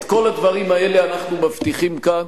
את כל הדברים האלה אנחנו מבטיחים כאן,